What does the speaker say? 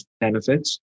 benefits